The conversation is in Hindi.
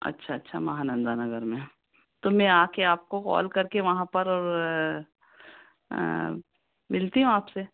अच्छा अच्छा महानंदा नगर में है तो मैं आ के आपको कॉल करके वहाँ पर मिलती हूँ आपसे